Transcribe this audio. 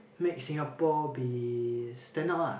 make Singapore be stand out ah